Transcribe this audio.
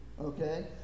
okay